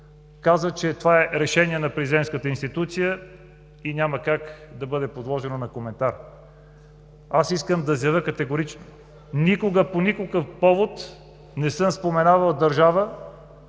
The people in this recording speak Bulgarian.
каза че това е решение на президентската институция и то няма как да бъде подложено на коментар. Аз искам да заявя категорично: никога, по никакъв повод не съм споменавал държава,